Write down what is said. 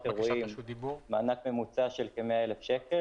אולמות אירועים מענק ממוצע של כ-100,000 שקל.